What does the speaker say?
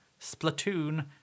Splatoon